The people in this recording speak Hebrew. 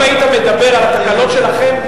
אם היית מדבר על התקלות שלכם,